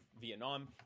Vietnam